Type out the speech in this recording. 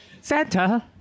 Santa